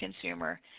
consumer